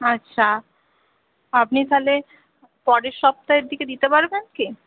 আচ্ছা আপনি তাহলে পরের সপ্তাহের দিকে দিতে পারবেন কি